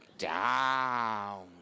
down